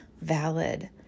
valid